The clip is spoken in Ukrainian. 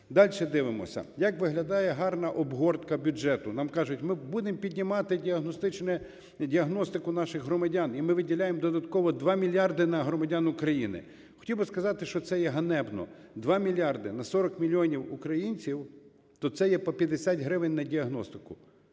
Дальше дивимося, як виглядає гарна обгортка бюджету. Нам кажуть, ми будемо піднімати діагностику наших громадян і ми виділяємо додатково 2 мільярди на громадян України. Хотів би сказати, що це є ганебно: 2 мільярди на 40 мільйонів українців, то це є по 50 гривень на діагностику.